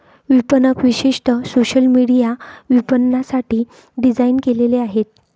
विपणक विशेषतः social media विपणनासाठी डिझाइन केलेले आहेत